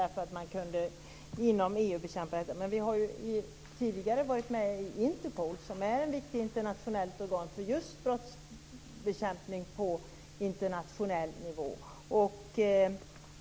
Man kunde inom EU bekämpa detta. Vi har tidigare varit med i Interpol, som är ett viktigt internationellt organ för just brottsbekämpning på internationell nivå.